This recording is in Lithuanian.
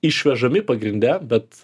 išvežami pagrinde bet